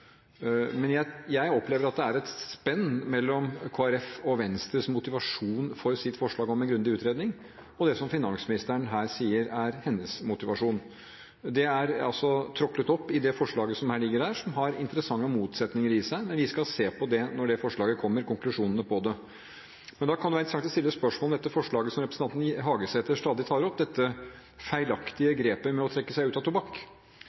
Jeg opplever at det er et spenn mellom Kristelig Folkeparti og Venstres motivasjon for sitt forslag om en grundig utredning og det som finansministeren her sier er sin motivasjon. Det er tråklet opp i det forslaget som ligger her, som har interessante motsetninger i seg, men vi skal se på det når konklusjonene på det forslaget kommer. Da kan det være interessant å stille et spørsmål om forslaget som representanten Hagesæter stadig tar opp, dette